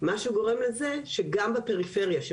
מה שגורם לזה שגם בפריפריה הצפונית,